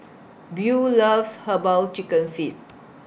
Buel loves Herbal Chicken Feet